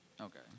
Okay